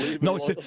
No